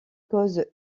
cause